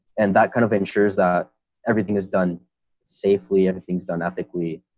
and that kind of ensures that everything is done safely. everything's done ethically.